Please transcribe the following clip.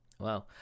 Wow